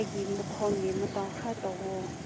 ꯑꯩꯒꯤ ꯃꯈꯣꯟꯒꯤ ꯃꯇꯧ ꯈꯔ ꯇꯧꯑꯣ